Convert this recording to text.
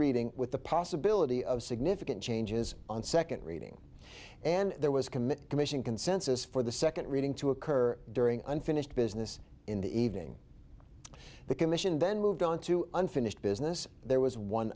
reading with the possibility of significant changes on second reading and there was commit commission consensus for the second reading to occur during unfinished business in the evening the commission then moved on to unfinished business there was one